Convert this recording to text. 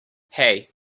hey